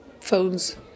phones